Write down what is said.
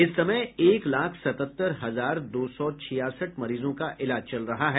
इस समय एक लाख सतहत्तर हजार दो सौ छियासठ मरीजों का इलाज चल रहा है